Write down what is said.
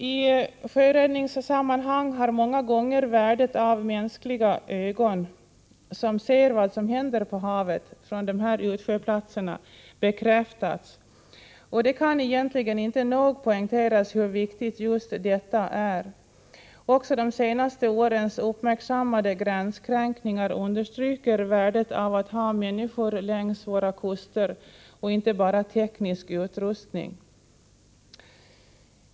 I sjöräddningssammanhang har många gånger värdet av mänskliga ögon, som ser vad som händer på havet från dessa utsjöplatser, bekräftats, och det kan egentligen inte nog poängteras hur viktigt just detta är. Också de senaste årens uppmärksammade gränskränkningar understryker värdet av att ha människor längs våra kuster och inte bara teknisk utrustning.